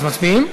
אז מצביעים?